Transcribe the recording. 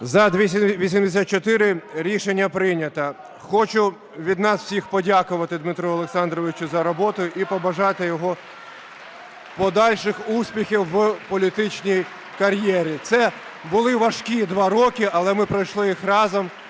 За-284 Рішення прийнято. Хочу від нас всіх подякувати Дмитру Олександровичу за роботу і побажати йому подальших успіхів в політичній кар'єрі. Це були важкі два роки, але ми пройшли їх разом,